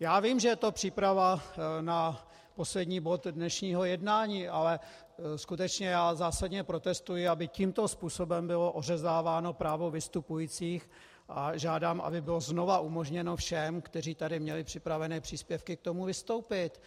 Já vím, že je to příprava na poslední bod dnešního jednání, ale skutečně já zásadně protestuji, aby tímto způsobem bylo ořezáváno právo vystupujících, a žádám, aby bylo znova umožněno všem, kteří tady měli připravené příspěvky k tomu, vystoupit.